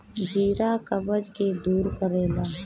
जीरा कब्ज के भी दूर करेला